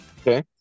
Okay